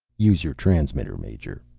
use your transmitter, major,